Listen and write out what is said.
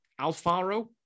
Alfaro